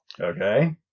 Okay